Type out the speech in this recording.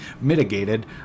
mitigated